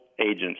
agents